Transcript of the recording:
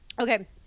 okay